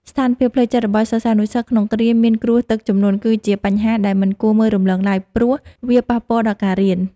ស្ថានភាពផ្លូវចិត្តរបស់សិស្សានុសិស្សក្នុងគ្រាមានគ្រោះទឹកជំនន់ គឺជាបញ្ហាដែលមិនគួរមើលរំលងឡើយ ព្រោះវាប៉ះពាល់ដល់ការរៀន។